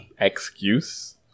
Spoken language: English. excuse